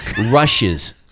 Rushes